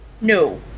No